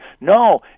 No